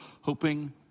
hoping